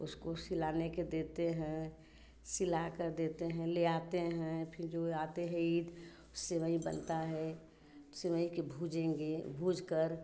उसको सिलाने के देते हैं सिलाकर देते हैं लेयाते हैं फिर जो आते है ईद सेवईं बनता है सेवईं के भूजेंगे भूजकर